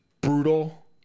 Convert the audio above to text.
brutal